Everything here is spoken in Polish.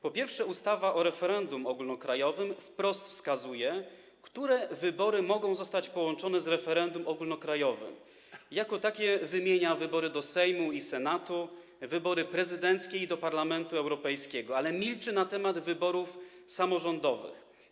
Po pierwsze, ustawa o referendum ogólnokrajowym wprost wskazuje, które wybory mogą zostać połączone z referendum ogólnokrajowym, i jako takie wymienia wybory do Sejmu i Senatu, wybory prezydenckie i do Parlamentu Europejskiego, ale milczy na temat wyborów samorządowych.